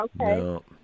Okay